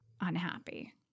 unhappy